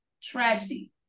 tragedy